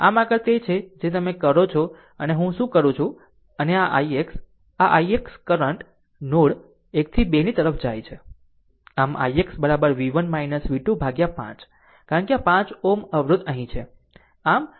આમ આગળ તે છે કે તમે જેને કરો છો અને હું શું કરું છું અને ix આ ix કરંટ નોડ 1 થી 2 ની તરફ જાય છે આમ ix v1 v2 by 5 કારણ કે આ 5 Ω અવરોધ અહીં છે